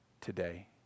today